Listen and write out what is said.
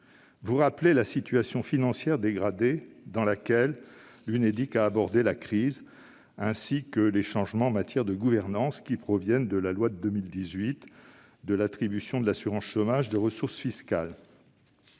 vous rappelez la situation financière dégradée dans laquelle l'Unédic a abordé la crise, ainsi que les changements en matière de gouvernance qui proviennent de l'attribution à l'assurance chômage de ressources fiscales